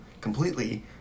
completely